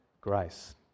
Grace